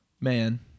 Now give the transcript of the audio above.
Man